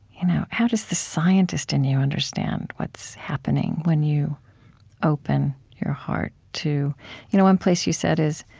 you know how does the scientist in you understand what's happening when you open your heart to you know one place you said is,